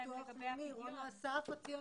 ביטוח לאומי, רונה אסף.